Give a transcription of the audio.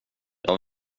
jag